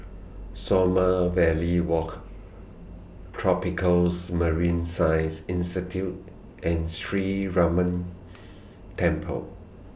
Sommerville Walk Tropicals Marine Science Institute and Sree Ramar Temple